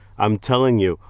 i'm telling you,